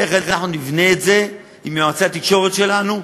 איך אנחנו נבנה את זה עם יועצי התקשורת שלנו,